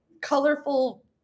colorful